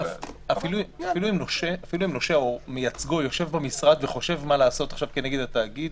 אפילו אם נושה או מייצגו יושב במשרד וחושב מה לעשות כנגד התאגיד,